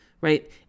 right